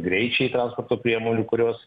greičiai transporto priemonių kurios